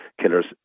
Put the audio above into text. killers